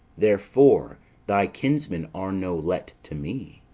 therefore thy kinsmen are no let to me.